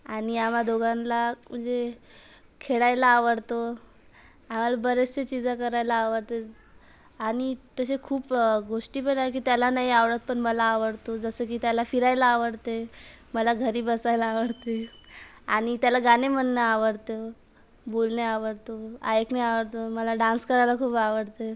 आणि आम्हा दोघांना म्हणजे खेळायला आवडतो आम्हाला बरेचसे चीजं करायला आवडतंच आणि तसे खूप गोष्टी पण आहे त्याला नाही आवडतं पण मला आवडतो जसं की त्याला फिरायला आवडते मला घरी बसायला आवडते आणि त्याला गाणे म्हणणं आवडतं बोलणे आवडतो ऐकणे आवडतो मला डान्स करायला खूप आवडतं